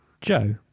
joe